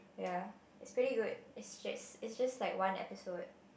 ya it's pretty good it's just it's just like one episode